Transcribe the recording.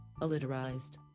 alliterized